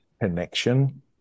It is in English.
connection